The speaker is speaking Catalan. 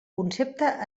concepte